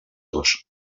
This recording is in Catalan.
dos